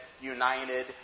united